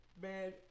Man